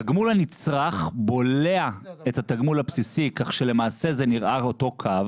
תגמול הנצרך בולע את התגמול הבסיסי כך שלמעשה זה נראה אותו קו